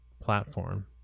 platform